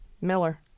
Miller